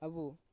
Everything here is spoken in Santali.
ᱟᱵᱚ